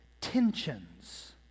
tensions